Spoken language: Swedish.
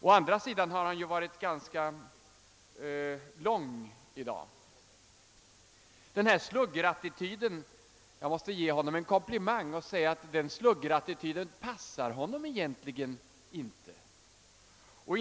Å andra sidan var herr Wickman ganska långrandig i dag. Jag måste emellertid ge herr Wickman en komplimang och säga att denna sluggerattityd egentligen inte passar honom.